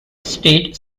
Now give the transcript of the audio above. state